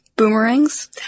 Boomerangs